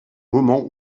moment